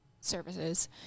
services